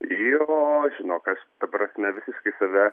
jo žinok aš ta prasme visiškai save